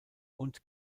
und